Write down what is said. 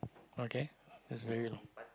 okay